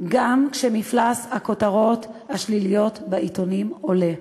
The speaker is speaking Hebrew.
גם כשמפלס הכותרות השליליות בעיתונים עולה.